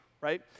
right